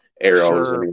arrows